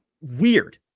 Weird